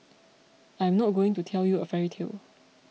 I am not going to tell you a fairy tale